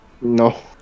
No